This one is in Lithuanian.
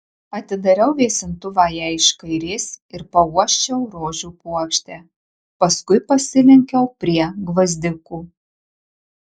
atidariau vėsintuvą jai iš kairės ir pauosčiau rožių puokštę paskui pasilenkiau prie gvazdikų